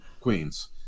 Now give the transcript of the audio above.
Queens